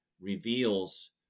reveals